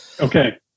Okay